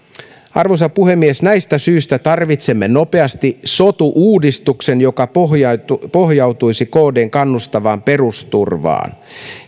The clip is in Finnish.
arvoisa puhemies näistä syistä tarvitsemme nopeasti sotu uudistuksen joka pohjautuisi pohjautuisi kdn kannustavaan perusturvaan